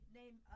name